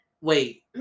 Wait